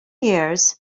years